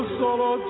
solo